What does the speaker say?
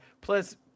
plus